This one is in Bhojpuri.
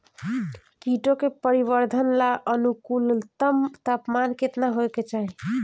कीटो के परिवरर्धन ला अनुकूलतम तापमान केतना होए के चाही?